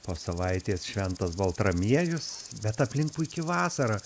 po savaitės šventas baltramiejus bet aplink puiki vasara